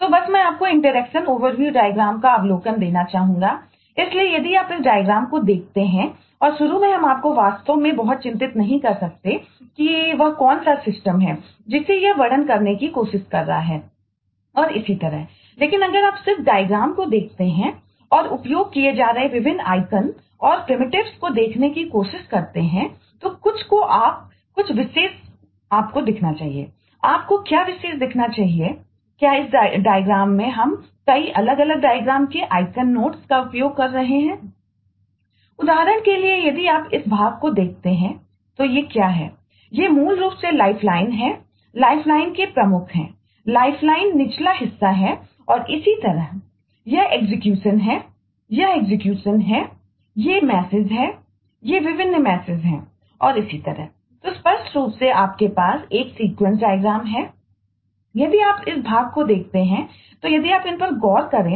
तो बस मैं आपको इंटरेक्शन ओवरव्यू डायग्राम का उपयोग कर रहे हैं उदाहरण के लिए यदि आप इस भाग को देखते हैं तो ये क्या हैं